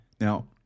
Now